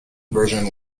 version